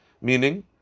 Meaning